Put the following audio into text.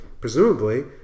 presumably